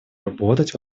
работать